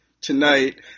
tonight